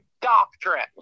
doctrine